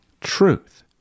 Truth